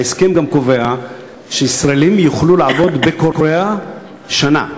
ההסכם גם קובע שישראלים יוכלו לעבוד בקוריאה שנה.